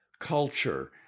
culture